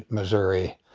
missouri,